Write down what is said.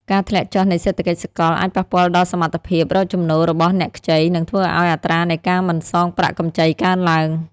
ការធ្លាក់ចុះនៃសេដ្ឋកិច្ចសកលអាចប៉ះពាល់ដល់សមត្ថភាពរកចំណូលរបស់អ្នកខ្ចី និងធ្វើឱ្យអត្រានៃការមិនសងប្រាក់កម្ចីកើនឡើង។